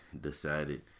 decided